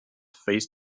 face